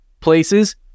places